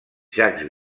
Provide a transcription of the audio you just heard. jacques